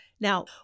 Now